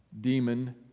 Demon